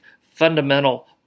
fundamental